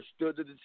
understood